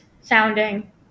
sounding